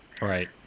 Right